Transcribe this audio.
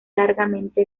largamente